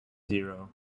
zero